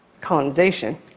colonization